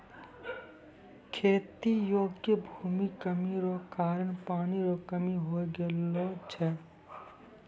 खेती योग्य भूमि कमी रो कारण पानी रो कमी हो गेलौ छै